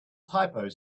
typos